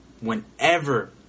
whenever